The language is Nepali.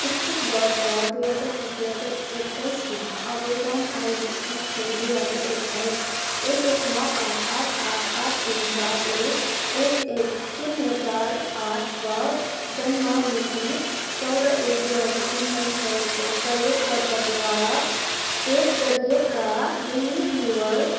शैक्षिक वर्ष दुई हजार बिस दुई हजार एक्काइसमा आवेदन आइडी इटी दुई हजार एक्काइस एक एक नौ आठ आठ आठ आठ तिन चार एक एक एक शून्य चार आठ र जन्ममिति चौध एक दुई हजार उन्नाइस भएको प्रयोगकर्ताद्वारा पेस गरिएका रिनिवल